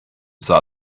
saw